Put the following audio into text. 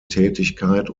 tätigkeit